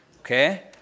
okay